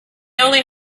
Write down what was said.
only